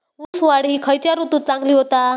ऊस वाढ ही खयच्या ऋतूत चांगली होता?